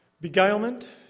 beguilement